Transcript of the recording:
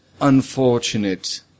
Unfortunate